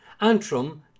Antrim